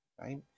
right